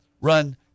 run